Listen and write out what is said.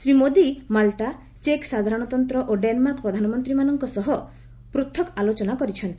Shri Modi Malta ଚେକ୍ ସାଧାରଣତନ୍ତ୍ର ଓ ଡେନ୍ମାର୍କ ପ୍ରଧାନମନ୍ତ୍ରୀମାନଙ୍କ ସହ ପୃଥକ୍ ଆଲୋଚନା କରିଛନ୍ତି